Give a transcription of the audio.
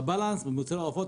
בבאלאנס של מוצרי העופות,